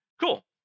Cool